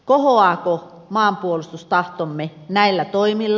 kohoaako maanpuolustustahtomme näillä toimilla